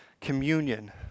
communion